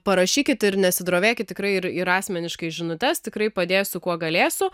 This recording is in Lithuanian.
parašykit ir nesidrovėkit tikrai ir ir asmeniškai žinutes tikrai padėsiu kuo galėsiu